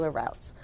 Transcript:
routes